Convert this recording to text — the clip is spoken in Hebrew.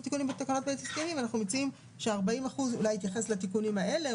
תיקונים בתקנות ובהסכמים אנחנו מציעים ש-40% אולי יתייחס לתיקונים האלה.